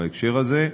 בהקשר הזה.